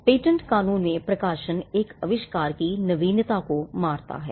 patent कानून में प्रकाशन एक आविष्कार की नवीनता को मारता है